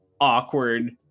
awkward